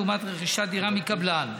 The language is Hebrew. לעומת רכישת דירה מקבלן.